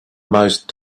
most